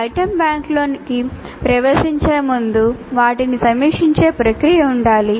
item బ్యాంక్లోకి ప్రవేశించే ముందు వాటిని సమీక్షించే ప్రక్రియ ఉండాలి